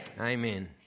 Amen